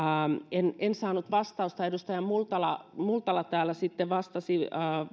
en en saanut vastausta edustaja multala multala täällä sitten vastasi